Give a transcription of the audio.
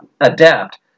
adapt